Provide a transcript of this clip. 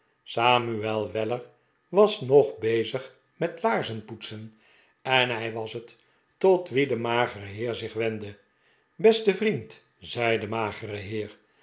samuel weller was nog bezig met laarzenpoetsen en hij was het tot wien de magere heer zich wendde beste vriend zei de magere heer